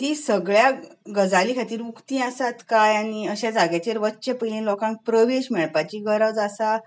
ती सगळ्यां गजालीं खातीर उक्ती आसात कांय आनी अश्या जाग्याचेर वचचे पयली लोकांक प्रवेश मेळपाची गरज आसा